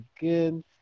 again